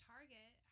Target